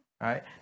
Right